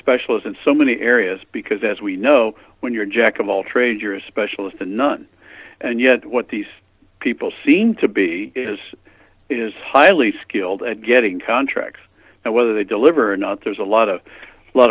specialist in so many areas because as we know when you're jack of all trades you're a specialist in none and yet what these people seem to be as is highly skilled at getting contracts and whether they deliver or not there's a lot of lot